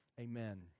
Amen